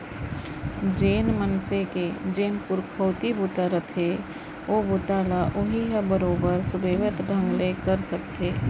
जेन मनसे के जेन पुरखउती बूता रहिथे ओ बूता ल उहीं ह बरोबर सुबेवत ढंग ले कर सकथे